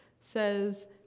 says